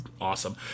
awesome